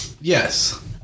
Yes